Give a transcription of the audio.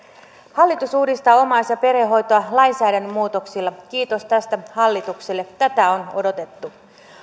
hallitus uudistaa omais ja perhehoitoa lainsäädännön muutoksilla kiitos tästä hallitukselle tätä on odotettu